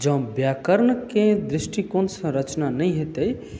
जँ व्याकरणके दृष्टिकोणसँ रचना नहि हेतै